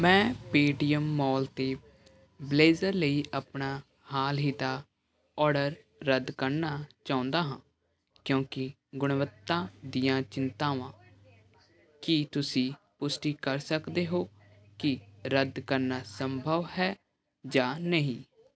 ਮੈਂ Paytm mall 'ਤੇ blazer ਲਈ ਆਪਣਾ ਹਾਲ ਹੀ ਦਾ ਓਰਡਰ ਰੱਦ ਕਰਨਾ ਚਾਹੁੰਦਾ ਹਾਂ ਕਿਉਂਕੀ ਗੁਣਵੱਤਾ ਦੀਆਂ ਚਿੰਤਾਵਾਂ ਕੀ ਤੁਸੀਂ ਪੁਸ਼ਟੀ ਕਰ ਸਕਦੇ ਹੋ ਕਿ ਰੱਦ ਕਰਨਾ ਸੰਭਵ ਹੈ ਜਾਂ ਨਹੀਂ